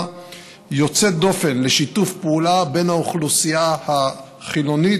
יוצאת דופן לשיתוף פעולה בין האוכלוסייה החילונית,